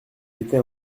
était